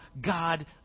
God